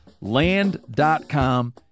Land.com